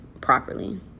properly